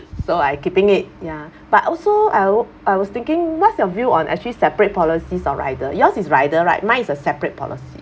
so I keeping it ya but also I wo~ I was thinking what's your view on actually separate policies or rider yours is rider right mine is a separate policy